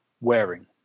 wearing